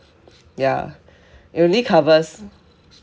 ya it really covers